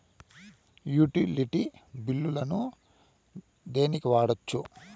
Utility బిల్లులను దేనికి వాడొచ్చు?